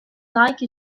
like